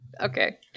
Okay